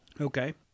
Okay